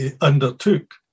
undertook